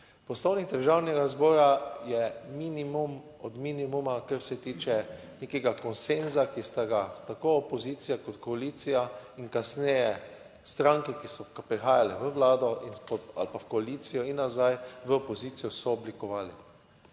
Poslovnik Državnega zbora je minimum od minimuma, kar se tiče nekega konsenza, ki sta ga tako opozicija kot koalicija in kasneje stranke, ki so prihajale v Vlado ali pa v koalicijo in nazaj v opozicijo, sooblikovali.